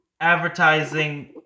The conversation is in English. advertising